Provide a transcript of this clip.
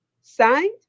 signed